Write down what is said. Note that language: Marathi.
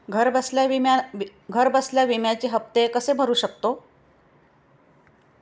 घरबसल्या विम्याचे हफ्ते कसे भरू शकतो?